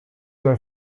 were